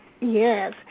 yes